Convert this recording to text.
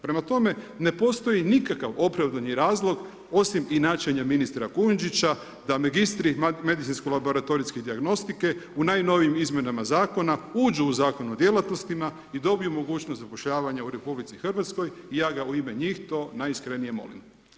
Prema tome, ne postoji nikakav opravdani razlog osim inaćenja ministra Kujundžića da magistri medicinsko-laboratorijske dijagnostike u najnovijim izmjenama zakona, uđu i zakon o djelatnostima i dobiju mogućnost zapošljavanja u RH, ja ga u ime njih to najiskrenije molim.